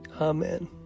Amen